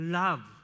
love